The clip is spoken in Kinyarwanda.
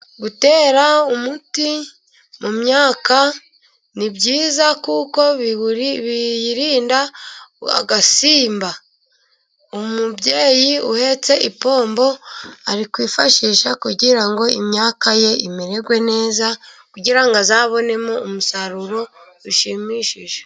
Gutera umuti mu myaka ni byiza, kuko biyirinda agasimba. Umubyeyi uhetse ipombo ari kwifashisha, kugira ngo imyaka ye imererwe neza, kugira ngo azabonemo umusaruro ushimishije.